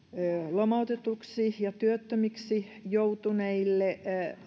lomautetuiksi ja työttömiksi joutuneille